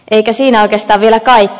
eikä siinä oikeastaan vielä kaikki